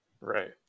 Right